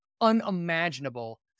unimaginable